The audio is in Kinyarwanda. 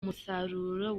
musaruro